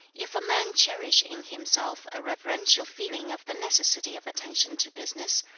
if a man cherish in himself a reverential feeling of the necessity of attention to business,